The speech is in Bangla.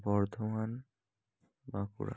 বর্ধমান বাঁকুড়া